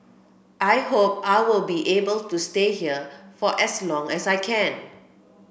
I hope I will be able to stay here for as long as I can